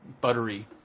buttery